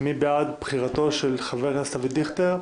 מי בעד בחירתו של חבר הכנסת אבי דיכטר,